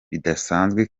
bidasanzwe